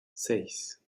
seis